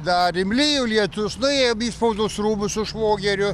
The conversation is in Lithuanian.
darėm lijo lietus nuėjom į spaudos rūmus su švogeriu